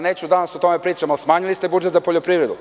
Neću danas o tome da pričam, ali smanjili ste budžet za poljoprivredu.